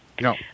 No